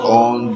on